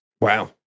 Wow